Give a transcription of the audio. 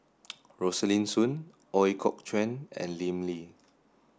Rosaline Soon Ooi Kok Chuen and Lim Lee